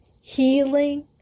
healing